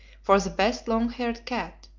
for the best long-haired cat,